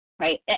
Right